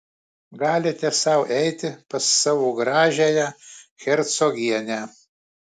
galite sau eiti pas savo gražiąją hercogienę